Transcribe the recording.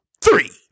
Three